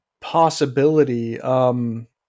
possibility